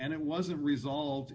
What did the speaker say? and it wasn't resolved